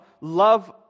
love